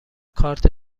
کارت